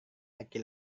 laki